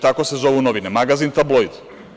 Tako se zovu novine, magazin „Tabloid“